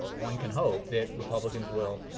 one can hope that republicans will